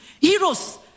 heroes